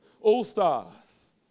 all-stars